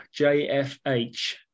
jfh